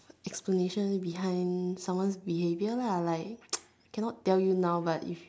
explanation behind someone's behaviour lah like cannot tell you now but if